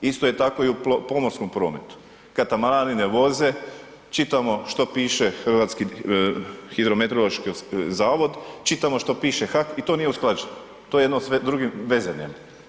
Isto je tako i u pomorskom prometu, katamarani ne voze, čitamo što piše Hrvatski hidrometeorološki zavod, čitamo što piše HAK i to nije usklađeno, to jedno s drugim veze nema.